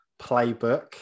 playbook